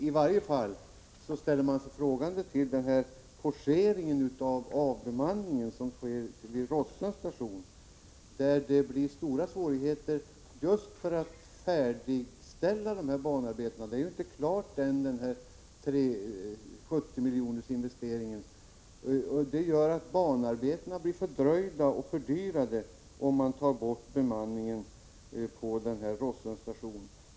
I varje fall ställer man sig frågande till den forcerade avbemanning som sker vid Rossöns station, där det blir stora svårigheter att färdigställa banarbetena. Man är ju ännu inte klar med 70-miljonersinvesteringen. Banarbetena blir fördröjda och fördyrade om man tar bort bemanningen på Rossöns station.